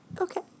Okay